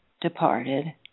departed